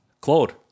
Claude